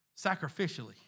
sacrificially